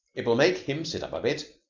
it will make him sit up a bit.